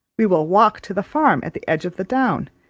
we will walk to the farm at the edge of the down,